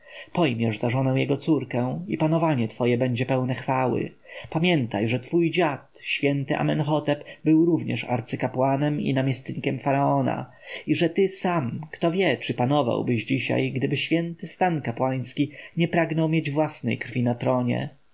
pojmiesz za żonę jego córkę i panowanie twoje będzie pełne chwały pamiętaj że twój dziad święty amenhotep był również arcykapłanem i namiestnikiem faraona i że ty sam kto wie czy panowałbyś dzisiaj gdyby święty stan kapłański nie pragnął mieć własnej krwi na tronie